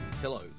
Hello